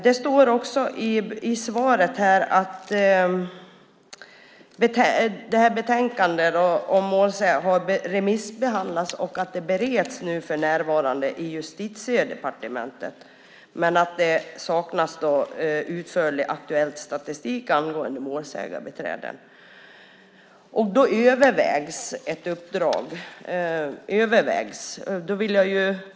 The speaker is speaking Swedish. Det står i svaret att betänkandet har remissbehandlats och att det för närvarande bereds i Justitiedepartementet men att det saknas utförlig aktuell statistik angående målsägarbiträden. Ett uppdrag övervägs.